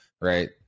right